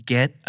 Get